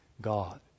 God